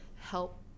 help